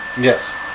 Yes